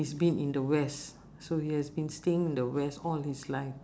he's been in the west so he has been staying in the west all his life